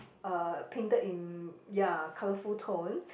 uh painted in ya colourful tone